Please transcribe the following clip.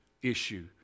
Issue